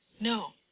No